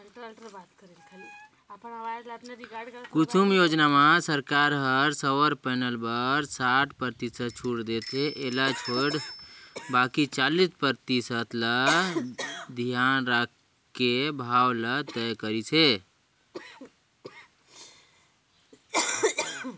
कुसुम योजना म सरकार ह सउर पेनल बर साठ परतिसत छूट देथे एला छोयड़ बाकि चालीस परतिसत ल धियान राखके भाव ल तय करिस हे